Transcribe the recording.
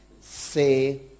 Say